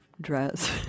dress